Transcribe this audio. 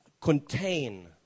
contain